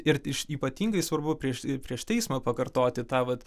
ir iš ypatingai svarbu prieš ir prieš teismą pakartoti tą vat